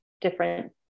different